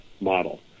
model